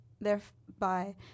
thereby